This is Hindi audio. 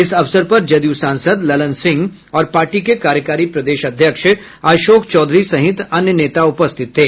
इस अवसर पर जदयू सांसद ललन सिंह और पार्टी के कार्यकारी प्रदेश अध्यक्ष अशोक चौधरी सहित अन्य नेता उपस्थित थे